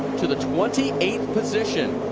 to the twenty eighth position.